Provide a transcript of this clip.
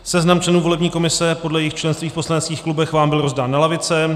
Seznam členů volební komise podle jejich členství v poslaneckých klubech vám byl rozdán na lavice.